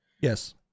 yes